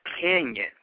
Canyon